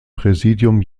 präsidium